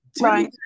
Right